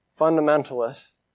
fundamentalists